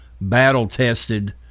battle-tested